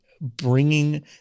bringing